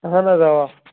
اہن حظ اوا